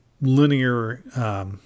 linear